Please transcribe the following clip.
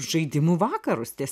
žaidimų vakarus ties